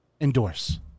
endorse